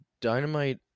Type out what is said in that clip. Dynamite